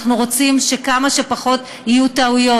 אנחנו רוצים שיהיו כמה שפחות טעויות,